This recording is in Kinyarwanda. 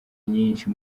nyinshi